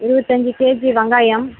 இருபத்தஞ்சு கேஜி வெங்காயம்